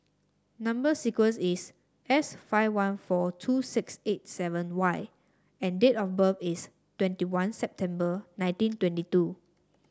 number sequence is S five one four two six eight seven Y and date of birth is twenty one September nineteen twenty two